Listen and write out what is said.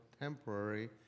temporary